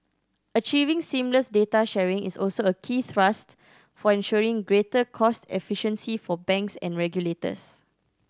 achieving seamless data sharing is also a key thrust for ensuring greater cost efficiency for banks and regulators